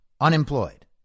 unemployed